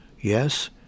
Yes